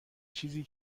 چیزی